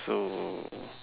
so